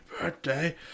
birthday